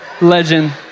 legend